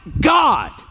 God